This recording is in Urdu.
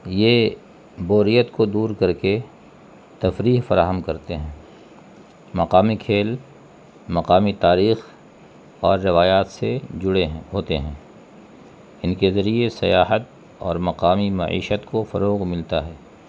یہ بوریت کو دور کر کے تفریح فراہم کرتے ہیں مقامی کھیل مقامی تاریخ اور روایات سے جڑے ہیں ہوتے ہیں ان کے ذریعے سیاحت اور مقامی معیشت کو فروغ ملتا ہے